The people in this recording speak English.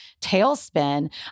tailspin